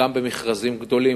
גם במכרזים גדולים,